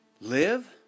Live